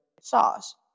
sauce